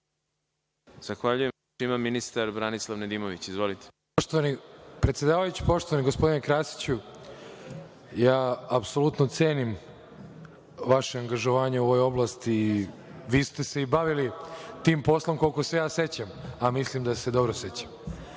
Zahvaljujem. Reč ima ministar Branislav Nedimović. Izvolite. **Branislav Nedimović** Poštovani predsedavajući, poštovani gospodine Krasiću, ja apsolutno cenim vaše angažovanje u ovoj oblasti. Vi ste se i bavili tim poslom, koliko se ja sećam, a mislim da se dobro sećam,